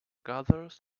gathers